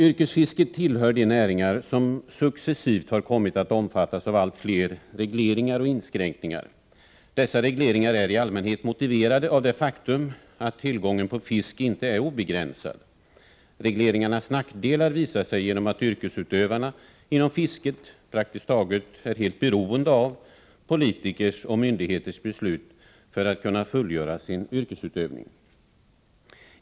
Yrkesfisket tillhör de näringar som successivt har kommit att omfattas av allt fler regleringar och inskränkningar. Dessa regleringar är i allmänhet motiverade av det faktum att tillgången på fisk inte är obegränsad. Regleringarnas nackdelar visar sig genom att de som utövar yrkesfiske praktiskt taget är helt beroende av politikers och myndigheters beslut för att kunna fullgöra sin yrkesutövning.